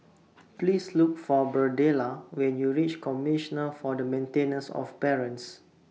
Please Look For Birdella when YOU REACH Commissioner For The Maintenance of Parents